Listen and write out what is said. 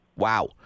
Wow